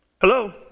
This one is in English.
Hello